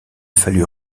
fallut